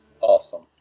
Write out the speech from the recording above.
Awesome